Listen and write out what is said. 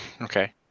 Okay